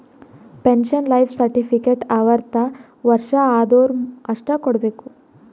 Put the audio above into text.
pension life certificate ಅರ್ವತ್ ವರ್ಷ ಆದ್ವರು ಅಷ್ಟೇ ಕೊಡ್ಬೇಕ